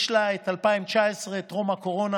יש לה את 2019, טרום הקורונה,